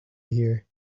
here